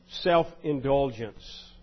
self-indulgence